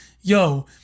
Yo